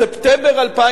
בספטמבר 2009